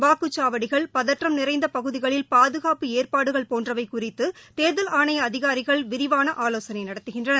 வாக்குச்சாவடிகள் பதற்றம் நிறைந்தபகுதிகளில் பாதுகாப்பு ஏற்பாடுகள் போன்றவைகுறித்துதேர்தல் ஆணைய அதிகாரிகள் விரிவான ஆலோசனைநடத்துகின்றனர்